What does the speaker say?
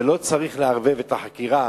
ולא צריך לערבב את החקירה,